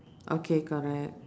okay correct